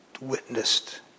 witnessed